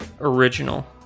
original